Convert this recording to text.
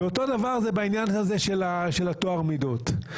אותו דבר בעניין הזה של טוהר המידות.